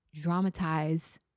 dramatize